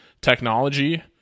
technology